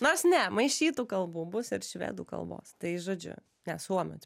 nors ne maišytų kalbų bus ir švedų kalbos tai žodžiu ne suomių